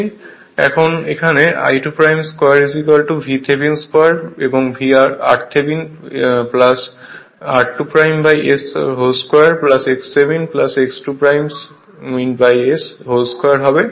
এখন এখানে I2 2 VThevenin 2 এবং r Thevenin r2 S 2 x Thevenin x 2 S 2 হবে